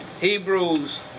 Hebrews